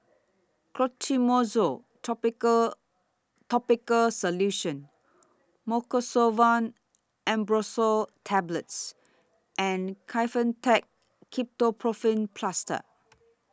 Clotrimozole Topical Topical Solution Mucosolvan Ambroxol Tablets and Kefentech Ketoprofen Plaster